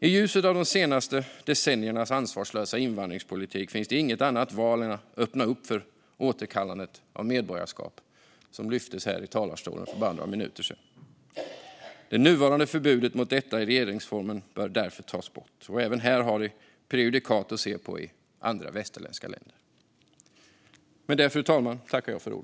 I ljuset av de senaste decenniernas ansvarslösa invandringspolitik finns det inget annat val än att öppna för återkallandet av medborgarskap, som lyftes fram här i talarstolen för bara några minuter sedan. Det nuvarande förbudet mot detta i regeringsformen bör därför tas bort. Även här finns prejudikat i andra västerländska länder.